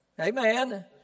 Amen